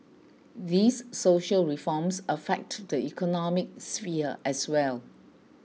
these social reforms affect the economic sphere as well